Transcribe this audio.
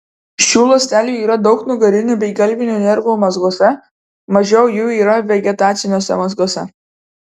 šių ląstelių yra daug nugarinių bei galvinių nervų mazguose mažiau jų yra vegetaciniuose mazguose